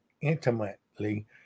intimately